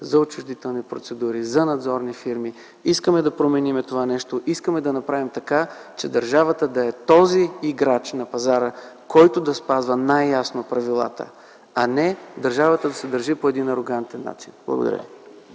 за отчуждителни процедури, за надзорни фирми. Искаме да променим това нещо, искаме да направим така, че държавата да е този играч на пазара, който да спазва най ясно правилата, а не държавата да се държи по един арогантен начин. Благодаря.